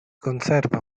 conserva